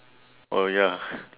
oh ya